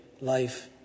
life